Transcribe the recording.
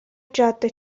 جاده